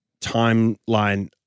timeline